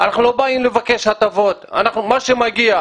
אנחנו לא באים לבקש הטבות, אלא מה שמגיע.